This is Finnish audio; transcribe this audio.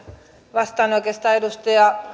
vastaan oikeastaan edustaja